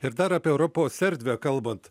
ir dar apie europos erdvę kalbant